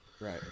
Right